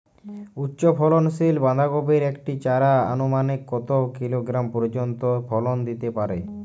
উচ্চ ফলনশীল বাঁধাকপির একটি চারা আনুমানিক কত কিলোগ্রাম পর্যন্ত ফলন দিতে পারে?